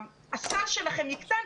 שהסל שלהם יקטן,